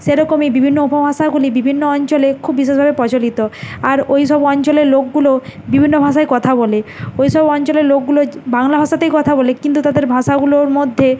সে রকমই বিভিন্ন উপভাষাগুলি বিভিন্ন অঞ্চলে খুব বিশেষ ভাবে প্রচলিত আর ওই সব অঞ্চলের লোকগুলো বিভিন্ন ভাষায় কথা বলে ওই সব অঞ্চলের লোকগুলো বাংলা ভাষাতেই কথা বলে কিন্তু তাদের ভাষাগুলোর মধ্যে